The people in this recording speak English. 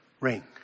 Ring